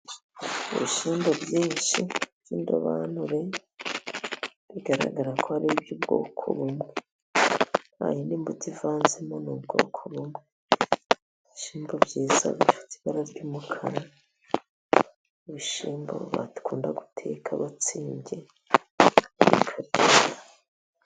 Ibishyimbo byinshi by'indobanure bigaragara ko ari iby'ubwoko bumwe, nta yindi mbuto ivanzemo ni ubwoko bumwe. Ibishyimbo byiza bifite ibara ry'umukara, ibishyimbo bakunda guteka batsimbye.